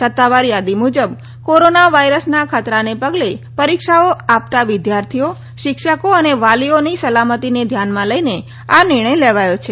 સત્તાવાર થાદી મુજબ કોરોના વાયરસના ખતરાના પગલે પરીક્ષાઓ આપતા વિદ્યાર્થીઓ શિક્ષકો અને વાલીઓની સલામતીને ધ્યાનમાં લઈને આ નિર્ણય લેવાયો છે